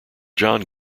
john